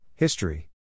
History